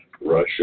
Russia